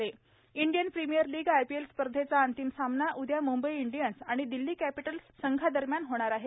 Indian Premier League air Indian Premier League IPL स्पर्धेचा अंतिम सामना उद्या मुंबई इंडियन्स आणि दिल्ली कॅपिटल्स संघादरम्यान होणार आहे